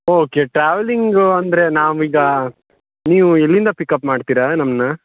okay travelling ಅಂದರೆ ನಾವು ಈಗ ನೀವು ಎಲ್ಲಿಂದ ಪಿಕಪ್ ಮಾಡ್ತೀರಾ ನಮ್ಮನ್ನು